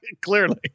Clearly